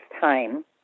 time